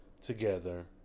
together